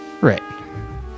right